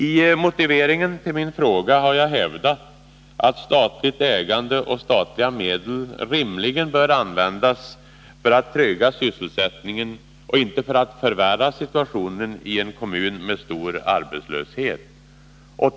I motiveringen till min fråga har jag hävdat att statligt ägande och statliga medel rimligen bör användas för att trygga sysselsättningen och inte för att förvärra situationen i en kommun med stor arbetslöshet.